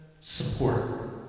support